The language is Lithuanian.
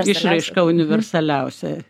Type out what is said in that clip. išraiška universaliausia